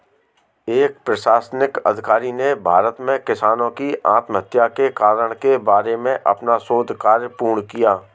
एक प्रशासनिक अधिकारी ने भारत में किसानों की आत्महत्या के कारण के बारे में अपना शोध कार्य पूर्ण किया